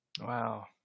Wow